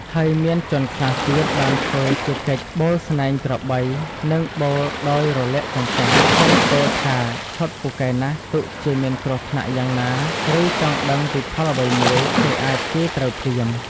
ហើយមានជនខ្លះទៀតបានធ្វើជាកិច្ចបូលស្នែងក្របីនិងបូលដោយរលាក់ចង្កេះ ហើយពោលថាឆុតពូកែណាស់ទុកជាមានគ្រោះថ្នាក់យ៉ាងណាឬចង់ដឹងពីផលអ្វីមួយ គេអាចទាយត្រូវភ្លាម ។